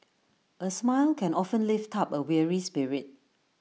A smile can often lift up A weary spirit